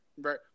Right